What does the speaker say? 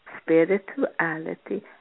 spirituality